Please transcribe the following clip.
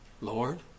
Lord